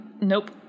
nope